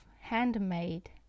handmade